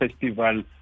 festival